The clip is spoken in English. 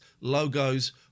logos